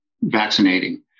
vaccinating